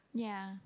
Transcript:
ya